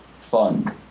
fun